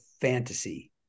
fantasy